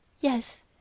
Yes